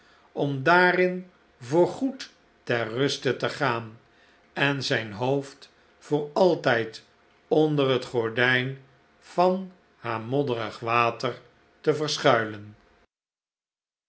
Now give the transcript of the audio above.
om daarin voorgoed ter ruste te gaan en zijn hoofd voor altijd onder het gordijn van haar modderig water te verschuilen